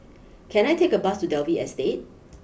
can I take a bus to Dalvey Estate